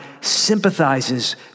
sympathizes